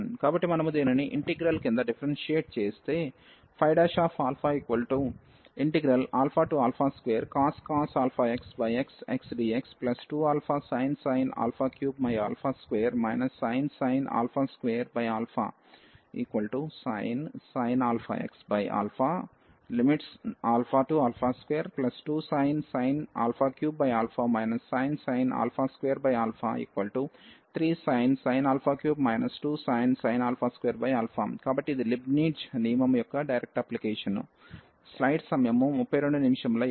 కాబట్టి మనము దీనిని ఇంటిగ్రల్ కింద డిఫరెన్షియేట్ చేస్తే 2cos αx xxdx2αsin 3 2 sin 2 sin αx |2 2sin 3 sin 2 3sin 3 2sin 2 కాబట్టి ఇది లీబ్నిజ్ నియమము యొక్క డైరెక్ట్ అప్లికేషన్